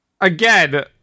Again